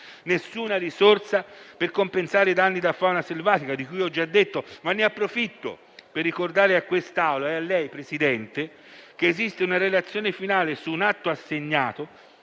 previste risorse per compensare i danni da fauna selvatica, di cui ho già detto. Ne approfitto, però, per ricordare a quest'Assemblea e a lei, signor Presidente, che esiste una relazione finale su un atto assegnato,